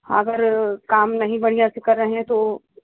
अगर काम नहीं बढ़िया से कर रहें तो